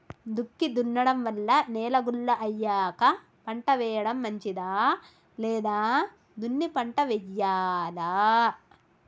దుక్కి దున్నడం వల్ల నేల గుల్ల అయ్యాక పంట వేయడం మంచిదా లేదా దున్ని పంట వెయ్యాలా?